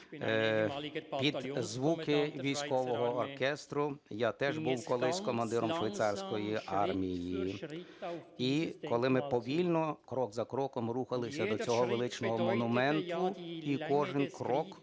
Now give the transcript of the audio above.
під звуки військового оркестру. Я теж був колись командиром швейцарської армії і, коли ми повільно, крок за кроком, рухалися до цього величного монументу і кожен крок